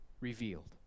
revealed